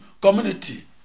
community